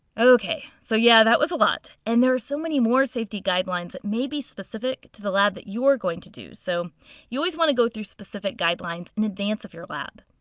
ok. so, yeah, that was a lot. and there are so many more safety guidelines that may be specific to the lab that you are going to do so you always want to go through specific guidelines in advance of your lab.